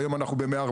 והיום אנחנו ב-140.